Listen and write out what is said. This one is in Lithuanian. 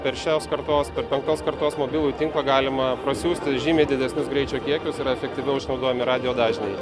per šios kartos per penktos kartos mobilųjį tinklą galima prasiųsti žymiai didesnius greičio kiekius yra efektyviau išnaudojami radijo dažniai